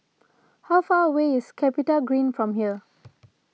how far away is CapitaGreen from here